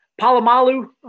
Palomalu